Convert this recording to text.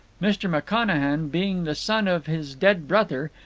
mr. mcconachan being the son of his dead brother,